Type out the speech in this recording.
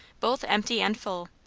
both empty and full.